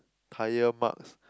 tyre marks